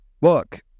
Look